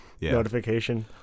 notification